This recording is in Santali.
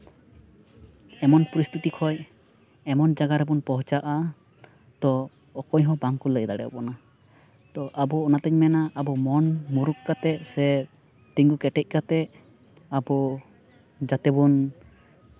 ᱮᱢᱚᱱ ᱯᱚᱨᱤᱥᱛᱷᱤᱛᱤ ᱠᱷᱚᱱ ᱮᱢᱚᱱ ᱡᱟᱭᱜᱟ ᱨᱮᱵᱚᱱ ᱯᱚᱸᱦᱪᱟᱜᱼᱟ ᱛᱚ ᱚᱠᱚᱭ ᱦᱚᱸ ᱵᱟᱝᱠᱚ ᱞᱟᱹᱭ ᱫᱟᱲᱮᱣᱟᱵᱚᱱᱟ ᱛᱚ ᱟᱵᱚ ᱚᱱᱟᱛᱤᱧ ᱢᱮᱱᱟ ᱟᱵᱚ ᱢᱚᱱᱢᱩᱨᱩᱠᱷ ᱠᱟᱛᱮᱫ ᱥᱮ ᱛᱤᱸᱜᱩ ᱠᱮᱴᱮᱡ ᱠᱟᱛᱮᱫ ᱟᱵᱚ ᱡᱟᱛᱮ ᱵᱚᱱ